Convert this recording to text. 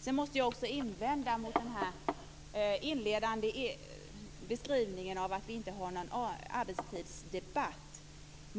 Sedan måste jag invända mot den inledande beskrivningen, att vi inte skulle ha någon arbetstidsdebatt.